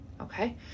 okay